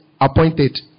appointed